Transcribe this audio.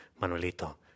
Manuelito